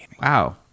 Wow